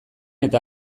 eta